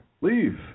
Leave